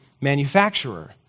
manufacturer